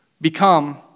become